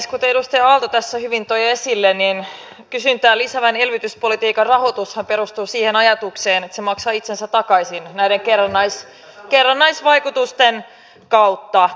kuten edustaja aalto tässä hyvin toi esille niin kysyntää lisäävän elvytyspolitiikan rahoitushan perustuu siihen ajatukseen että se maksaa itsensä takaisin näiden kerrannaisvaikutusten kautta